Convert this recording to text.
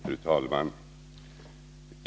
Fru talman!